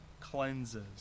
cleanses